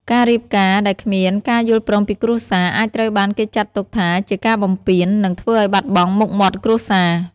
ការរៀបការដែលគ្មានការយល់ព្រមពីគ្រួសារ អាចត្រូវបានគេចាត់ទុកថាជាការបំពាន និងធ្វើឱ្យបាត់បង់មុខមាត់គ្រួសារ។